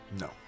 No